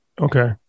Okay